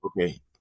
Okay